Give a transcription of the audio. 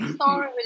Sorry